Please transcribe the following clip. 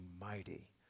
mighty